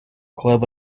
club